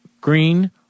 Green